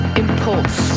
impulse